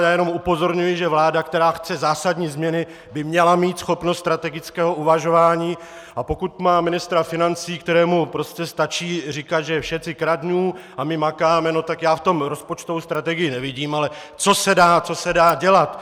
A já jenom upozorňuji, že vláda, která chce zásadní změny, by měla mít schopnost strategického uvažování, a pokud má ministra financí, kterému prostě stačí říkat, že všeci kradnú a my makáme, tak já v tom rozpočtovou strategii nevidím, ale co se dá dělat?